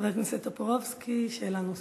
חבר הכנסת טופורובסקי, שאלה נוספת.